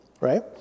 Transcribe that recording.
right